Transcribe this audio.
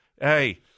hey